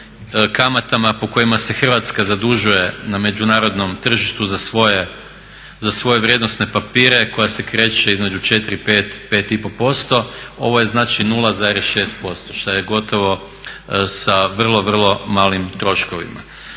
kamatama po kojima se Hrvatska zadužuje na međunarodnom tržištu za svoje vrijednosne papire koja se kreće između 4, 5 , 5,5%, ovo je znači 0,6% što je gotovo sa vrlo, vrlo malim troškovima.